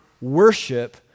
worship